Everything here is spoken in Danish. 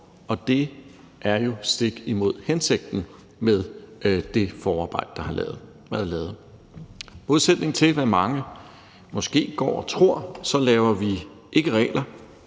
og det er jo stik imod hensigten med det forarbejde, der er lavet. I modsætning til hvad mange måske går og tror, laver vi ikke regler